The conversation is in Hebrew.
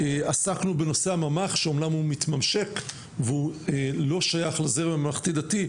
עסקנו בנושא הממ"ח שאמנם הוא מתממשק והוא לא שייך לזרם הממלכתי-דתי,